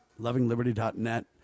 lovingliberty.net